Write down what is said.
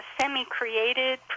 semi-created